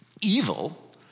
evil